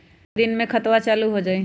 कई दिन मे खतबा चालु हो जाई?